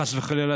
חס וחלילה,